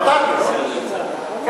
מותר לי, לא?